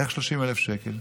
איך 30,000 שקל?